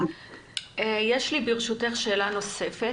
יש לי שאלה נוספת.